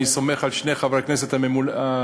אני סומך על שני חברי הכנסת הבאמת-מלומדים